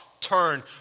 turn